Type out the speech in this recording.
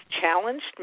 challenged